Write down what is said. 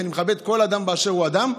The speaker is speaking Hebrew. כי אני מכבד כל אדם באשר הוא אדם,